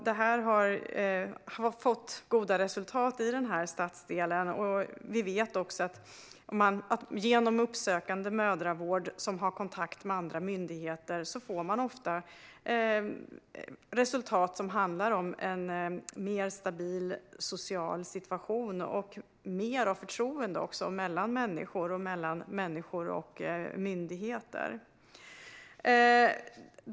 Det här har gett goda resultat i stadsdelen. Vi vet också att man genom uppsökande mödravård som har kontakt med andra myndigheter ofta får resultat som en mer stabil social situation och större förtroende såväl mellan människor som mellan människor och myndigheter.